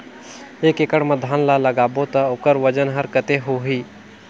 एक एकड़ मा धान ला लगाबो ता ओकर वजन हर कते होही?